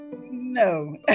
No